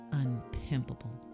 unpimpable